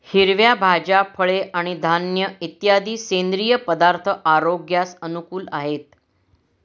हिरव्या भाज्या, फळे आणि धान्य इत्यादी सेंद्रिय पदार्थ आरोग्यास अनुकूल आहेत